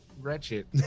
wretched